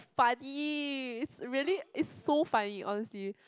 funny it's really it's so funny honestly